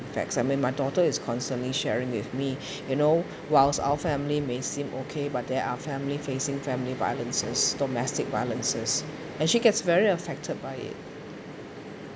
effects I mean my daughter is constantly sharing with me you know whilst our family may seem okay but there are family facing family violences domestic violences and she gets very affected by it